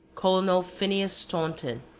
colonel phineas staunton,